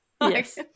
Yes